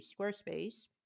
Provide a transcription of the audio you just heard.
Squarespace